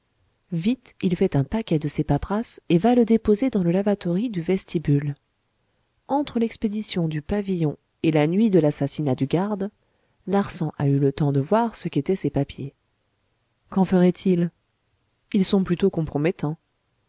vite il fait un paquet de ces paperasses et va le déposer dans le lavatory du vestibule entre l'expédition du pavillon et la nuit de l'assassinat du garde larsan a eu le temps de voir ce qu'étaient ces papiers qu'en ferait-il ils sont plutôt compromettants